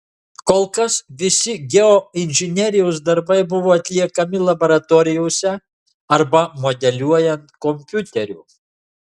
kol kas visi geoinžinerijos darbai buvo atliekami laboratorijose arba modeliuojant kompiuteriu